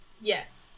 Yes